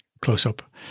close-up